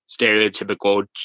stereotypical